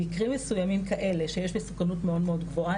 במקרים מסוימים כאלה שיש מסוכנות מאוד גבוהה,